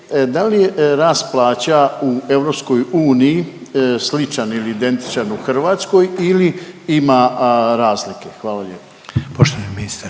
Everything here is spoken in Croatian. da li je rast plaća u EU sličan ili identičan u Hrvatskoj ili ima razlike? Hvala lijepo. **Reiner,